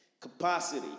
Capacity